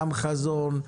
גם חזון,